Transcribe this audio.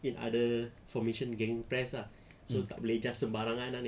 in other formation gegenpress ah so tak boleh just sembarangan ah ni